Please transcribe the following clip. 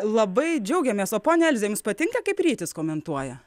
labai džiaugiamės o ponia elze jums patinka kaip rytis komentuoja